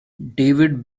david